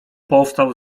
powstał